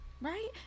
Right